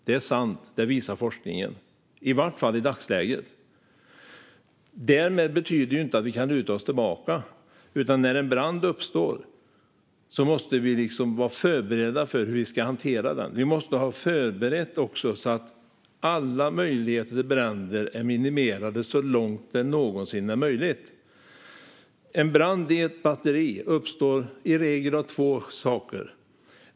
Det är sant; det visar forskningen, i varje fall i dagsläget. Det betyder dock inte att vi kan luta oss tillbaka, utan när en brand uppstår måste vi vara förberedda på hur vi ska hantera den. Vi måste också ha förberett så att alla risker för bränder är minimerade så långt det någonsin är möjligt. En brand i ett batteri uppstår i regel av något av två skäl.